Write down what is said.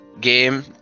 game